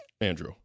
andrew